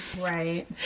Right